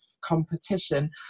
competition